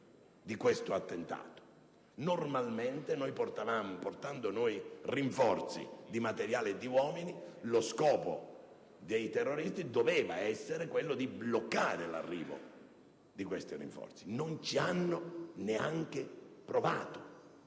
di questo attentato? Normalmente noi portiamo rinforzi di materiale e di uomini. Lo scopo dei terroristi doveva essere quello di bloccare l'arrivo di questi rinforzi. Non ci hanno neanche provato.